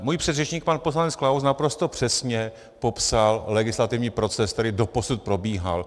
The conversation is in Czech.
Můj předřečník pan poslanec Klaus naprosto přesně popsal legislativní proces, který doposud probíhal.